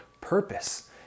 purpose